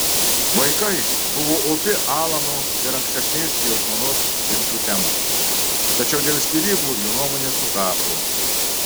vaikai buvo opi alano ir ankstesnės jo žmonos ginčų tema tačiau dėl skyrybų jų nuomonės sutapo